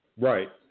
Right